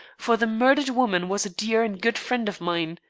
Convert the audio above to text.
for the murdered woman was a dear and good friend of mine.